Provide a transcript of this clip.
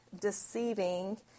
deceiving